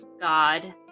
God